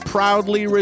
Proudly